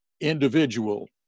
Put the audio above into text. individual